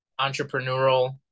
entrepreneurial